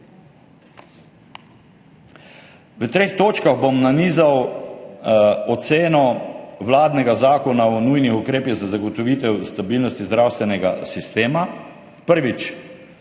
V treh točkah bom nanizal oceno vladnega zakona o nujnih ukrepih za zagotovitev stabilnosti zdravstvenega sistema. Prvič.